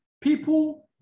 people